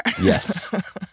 Yes